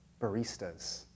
baristas